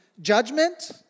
judgment